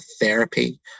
therapy